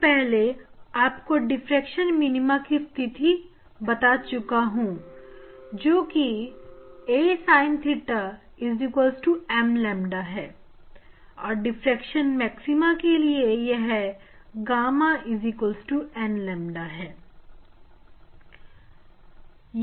से पहले मैं आपको डिफ्रेक्शन मिनीमा की स्थिति बता चुका हूं जो कि a sin theta m ƛ है और डिफ्रेक्शन मैक्सिमा के लिए यह gamma n 𝝿 है